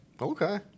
Okay